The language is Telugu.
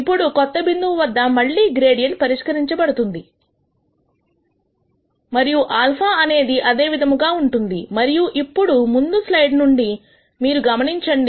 ఇప్పుడు కొత్త బిందువు వద్ద మళ్లీ గ్రేడియంట్ పరిష్కరించబడుతుంది మరియు α అనేది అదే విధముగా ఉంటుంది మరియు ఇప్పుడు ముందు స్లైడ్స్ నుండి మీరు గమనించండి